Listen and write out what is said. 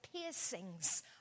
piercings